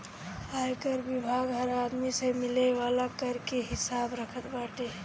आयकर विभाग हर आदमी से मिले वाला कर के हिसाब रखत बाटे